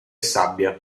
sabbia